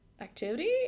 activity